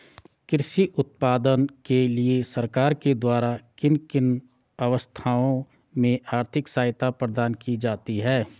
कृषि उत्पादन के लिए सरकार के द्वारा किन किन अवस्थाओं में आर्थिक सहायता प्रदान की जाती है?